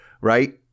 Right